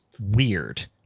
weird